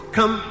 Come